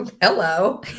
Hello